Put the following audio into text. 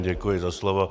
Děkuji za slovo.